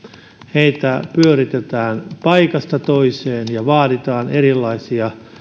heitä pyöritetään paikasta toiseen ja heiltä vaaditaan erilaisia